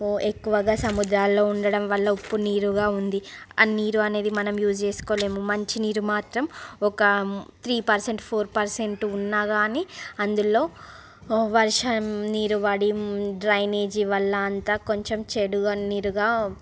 ఓ ఎక్కువగా సముద్రాల్లో ఉండడం వల్ల ఉప్పు నీరుగా ఉంది ఆ నీరు అనేది మనం యూజ్ చేసుకోలేము మంచినీరు మాత్రం ఒక త్రీ పర్సెంట్ ఫోర్ పర్సెంట్ ఉన్నా కానీ అందులో వర్షం నీరు వాడి డ్రైనేజీ వల్ల అంతా కొంచెం చెడుగా నీరుగా